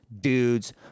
dude's